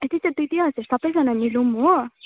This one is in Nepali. ठिकै छ दुई दुई हजार सबैजना मिलौँ हो